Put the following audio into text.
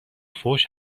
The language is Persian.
فحش